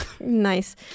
Nice